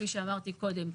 כפי שאמרתי קודם,